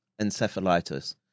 encephalitis